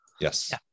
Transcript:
Yes